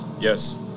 Yes